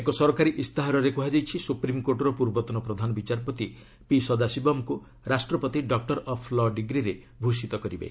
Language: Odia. ଏକ ସରକାରୀ ଇସ୍ତାହାରରେ କୁହାଯାଇଛି ସୁପ୍ରିମ୍କୋର୍ଟର ପ୍ରର୍ବତନ ପ୍ରଧାନ ବିଚାରପତି ପି ସଦାଶିବମ୍ଙ୍କୁ ରାଷ୍ଟ୍ରପତି ଡକ୍ଟର ଅଫ୍ ଲ' ଡିଗ୍ରୀରେ ଭୂଷିତ କରିବେ